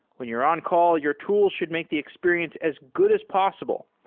when you're on-call, your tools should make the experience as good as possible.